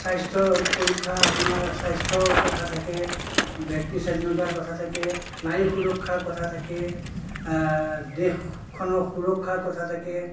স্বাস্থ্যৰ পৰীক্ষা আপোনাৰ স্বাস্থ্যৰ কথা থাকে ব্যক্তি স্বাধীনতাৰ কথা থাকে নাৰী সুৰক্ষাৰ কথা থাকে দেশখনৰ সুৰক্ষাৰ কথা থাকে